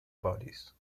bodies